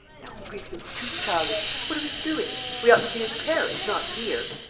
no, really, it's too childish! what are we doing? we ought to be in paris, not here.